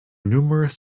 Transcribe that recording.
numerous